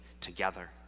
together